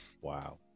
Wow